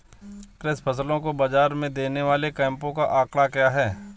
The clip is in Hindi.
कृषि फसलों को बाज़ार में देने वाले कैंपों का आंकड़ा क्या है?